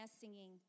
singing